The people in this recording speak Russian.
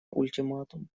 ультиматум